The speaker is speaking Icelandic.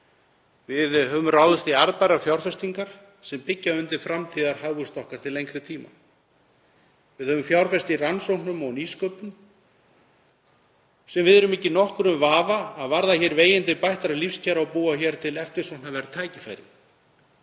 Við höfum ráðist í arðbærar fjárfestingar sem byggja undir framtíðarhagvöxt okkar til lengri tíma. Við höfum fjárfest í rannsóknum og nýsköpun sem við erum ekki í nokkrum vafa um að varða veginn til bættra lífskjara og búa til eftirsóknarverð tækifæri.